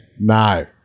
No